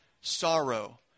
sorrow